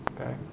Okay